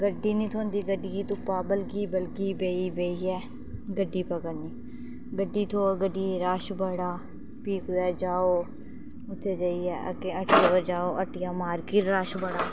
गड्डी नेईं थ्होंदी गड्डियें गी तुप्पो बलगी बलगी बेहिये बेहिये गड्डी पकड़नी गड्डी थ्होग गड्डी च रश बड़ा फ्ही कुतै जाो उत्थै जाइयै अग्गै हट्टी जाओ हट्टिया दा मार्किट रश बड़ा